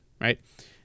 right